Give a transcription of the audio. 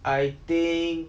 I think